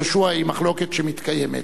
יהושע היא מחלוקת שמתקיימת.